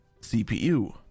CPU